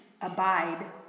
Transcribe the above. Abide